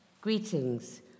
Greetings